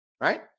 right